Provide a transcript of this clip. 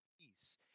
peace